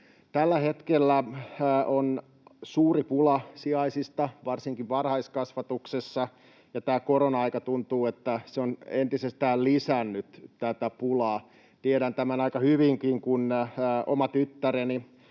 Tällä hetkellä on suuri pula sijaisista varsinkin varhaiskasvatuksessa, ja tuntuu, että tämä korona-aika on entisestään lisännyt tätä pulaa. Tiedän tämän aika hyvinkin, kun oma tyttäreni,